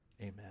Amen